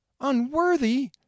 unworthy